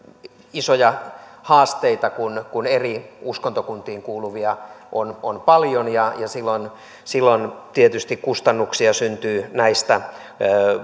isoja haasteita kun eri uskontokuntiin kuuluvia on on paljon ja silloin tietysti kustannuksia syntyy näistä